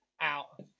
Out